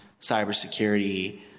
cybersecurity